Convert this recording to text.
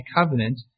covenant